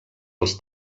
als